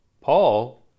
Paul